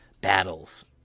battles